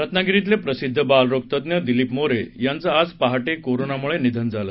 रत्नागिरीतले प्रसिद्ध बालरोगतज्ज्ञ दिलीप मोरे यांचं आज पहाटे कोरोनामुळे निधन झालं